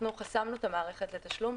אנחנו חסמנו את המערכת לתשלום.